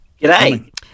G'day